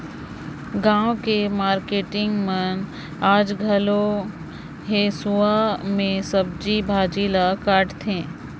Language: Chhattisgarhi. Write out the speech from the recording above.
गाँव के मारकेटिंग मन आयज घलो हेसुवा में सब्जी भाजी ल काटथे